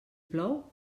plou